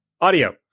audio